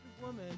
woman